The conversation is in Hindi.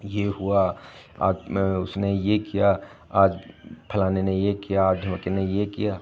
ये हुआ आज मैं उसने ये किया आज फलाने ने ये किया आज ढिमाके ने ये किया